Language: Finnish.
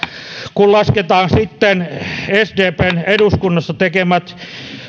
kun sitten lasketaan sdpn eduskunnassa tekemät